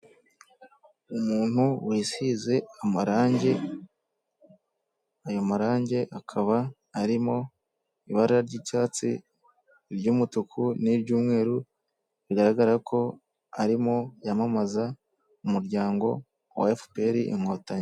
Umuntu wisize amarangi, ayo marangi akaba arimo ibara ry'icyatsi, ry'umutuku n'iy'umweru, bigaragara ko arimo yamamaza, umuryango wa efuperi inkotanyi.